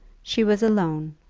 she was alone,